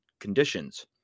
conditions